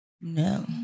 No